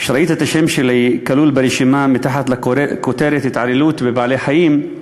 כשראיתי את השם שלי כלול ברשימה מתחת לכותרת "התעללות בבעלי-חיים",